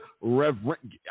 reverend